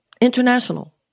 international